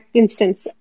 instance